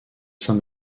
saint